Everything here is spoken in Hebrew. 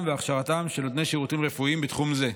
והכשרתם של נותני שירותים רפואיים בתחום זה.